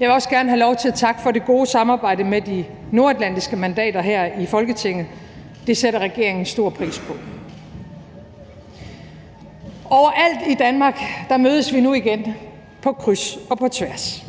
Jeg vil også gerne have lov til at takke for det gode samarbejde med de nordatlantiske mandater her i Folketinget. Det sætter regeringen stor pris på. Overalt i Danmark mødes vi nu igen på kryds og på tværs.